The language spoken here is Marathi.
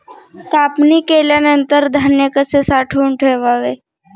कापणी केल्यानंतर धान्य कसे साठवून ठेवावे?